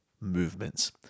movements